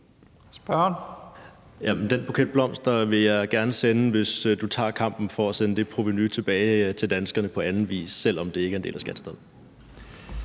(LA): Jamen den buket blomster vil jeg gerne sende, hvis du tager kampen for at sende det provenu tilbage til danskerne på anden vis, selv om det ikke er en del af skattestoppet.